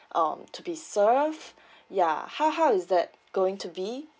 um to be served ya how how is that going to be